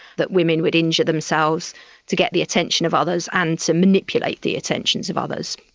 that women would injure themselves to get the attention of others and to manipulate the attentions of others.